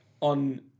on